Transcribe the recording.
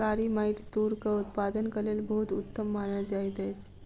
कारी माइट तूरक उत्पादनक लेल बहुत उत्तम मानल जाइत अछि